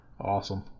awesome